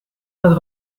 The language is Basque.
bat